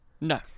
No